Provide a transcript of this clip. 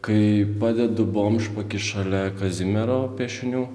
kai padedu bomžpakį šalia kazimiero piešinių